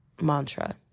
mantra